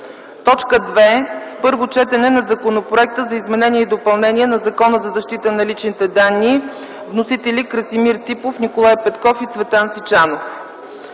съвет. 2. Първо четене на Законопроекта за изменение и допълнение на Закона за защита на личните данни. Вносители - Красимир Ципов, Николай Петков и Цветан Сичанов.